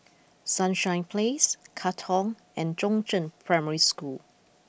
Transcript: Sunshine Place Katong and Chongzheng Primary School